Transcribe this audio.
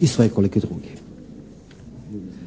i svekoliki drugi.